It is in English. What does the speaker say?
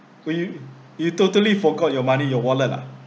!wah! you you totally forgot your money your wallet ah